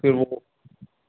پھر وہ